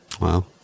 Wow